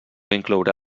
inclourà